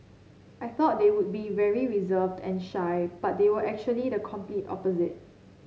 I thought they would be very reserved and shy but they were actually the complete opposite